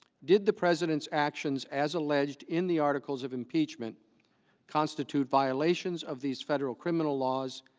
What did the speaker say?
did the president's actions as alleged in the articles of impeachment constitute violations of these federal criminal laws,